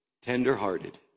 Tender-hearted